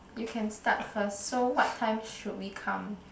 you can start first so what time should we come